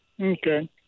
Okay